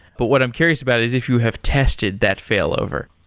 but what i'm curious about is if you have tested that failover.